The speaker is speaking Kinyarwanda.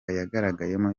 yagaragayemo